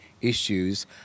issues